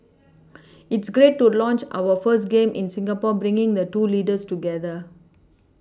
it's great to launch our first game in Singapore bringing the two leaders together